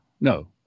No